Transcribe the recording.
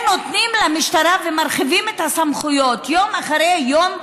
נותנים למשטרה ומרחיבים את הסמכויות של המשטרה יום אחרי יום,